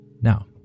Now